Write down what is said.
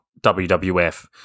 WWF